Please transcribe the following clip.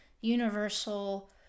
universal